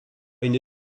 une